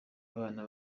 abana